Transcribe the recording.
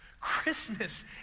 Christmas